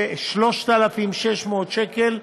3,600 שקל.